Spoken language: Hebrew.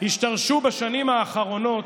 השתרשו בשנים האחרונות,